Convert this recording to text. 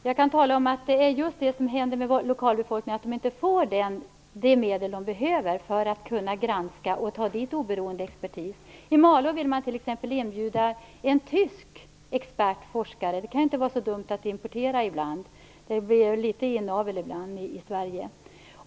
Herr talman! Jag kan tala om att lokalbefolkningen inte får de medel som den behöver för att kunna granska och bjuda in oberoende expertis. I Malå vill man t.ex. inbjuda en tysk expert som är forskare. Det är inte så dumt att importera ibland, eftersom det emellanåt kan bli litet inavel i Sverige.